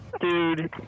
Dude